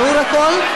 ברור הכול?